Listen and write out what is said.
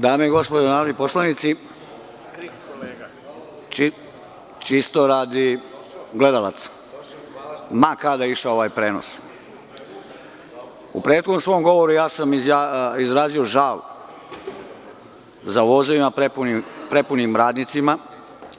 Dame i gospodo narodni poslanici, čisto radi gledalaca, ma kada išao ovaj prenos, u prethodnom svom govoru ja sam izrazio žal za vozovima prepunim radnicima,